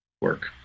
work